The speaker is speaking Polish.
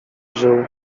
żył